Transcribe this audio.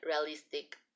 realistic